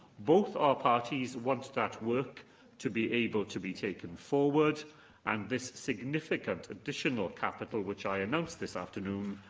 both our parties want that work to be able to be taken forward and this significant additional capital, which i announce this afternoon,